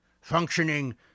functioning